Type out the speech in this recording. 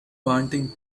wanting